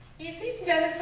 if you think